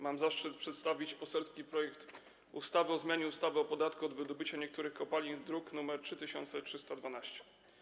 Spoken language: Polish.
Mam zaszczyt przedstawić poselski projekt ustawy o zmianie ustawy o podatku od wydobycia niektórych kopalin, druk nr 3312.